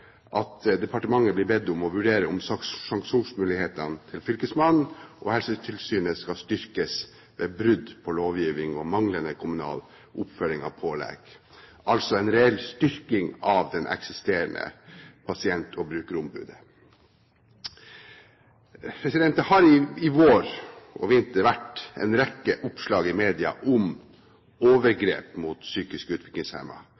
blir departementet bedt om å vurdere om sanksjonsmulighetene til fylkesmannen og Helsetilsynet skal styrkes ved brudd på lovgivning og manglende kommunal oppfølging av pålegg – altså en reell styrking av det eksisterende pasient- og brukerombudet. I vår og i vinter har det vært en rekke oppslag i media om